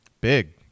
Big